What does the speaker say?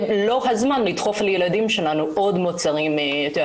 זה לא הזמן לדחוף לילדים שלנו עוד מוצרים מזיקים.